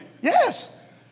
Yes